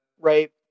Right